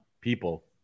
people